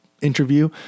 interview